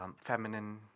feminine